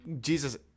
Jesus